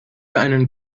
einen